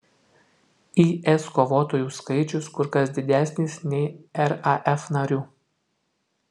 is kovotojų skaičius kur kas didesnis nei raf narių